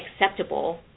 acceptable